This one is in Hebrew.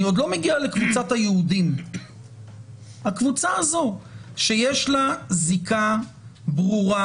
אני עוד לא מגיע לקבוצת היהודים שיש לה זיקה ברורה